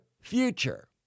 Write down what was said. future